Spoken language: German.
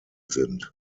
sind